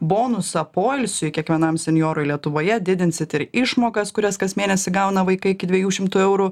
bonusą poilsiui kiekvienam senjorui lietuvoje didinsit ir išmokas kurias kas mėnesį gauna vaikai iki dviejų šimtų eurų